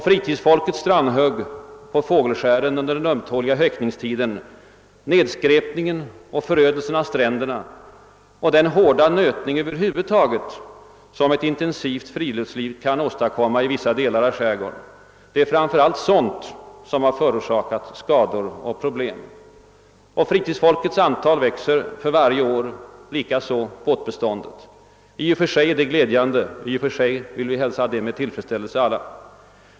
Fritidsfolkets strandhugg på fågelskären under den ömtåliga häckningstiden, nedskräpningen och förödelsen av stränderna samt den hårda nötning över huvud taget som det intensiva fritidslivet kan åstadkomma i vissa delar av skärgården är framför allt vad som förorsakat skador och problem. Och fritidsfolkets antal växer för varje år, likaså båtbeståndet. I och för sig är detta glädjande och hälsas av alla med tillfredsställelse.